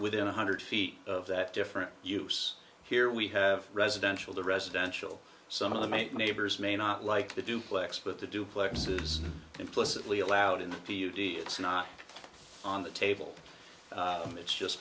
within one hundred feet of that different use here we have residential the residential some of my neighbors may not like the duplex but the duplexes implicitly allowed in the p v it's not on the table it's just